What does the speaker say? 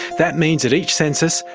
that means at each census,